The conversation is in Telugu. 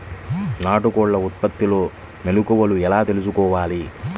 నాటుకోళ్ల ఉత్పత్తిలో మెలుకువలు ఎలా తెలుసుకోవాలి?